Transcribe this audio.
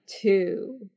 two